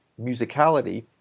musicality